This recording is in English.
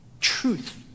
truth